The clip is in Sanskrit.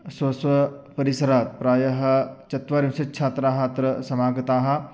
स्व स्व परिसरात् प्रायः चत्वारिंशत् छात्राः अत्र समागताः